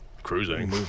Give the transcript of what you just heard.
Cruising